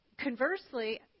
conversely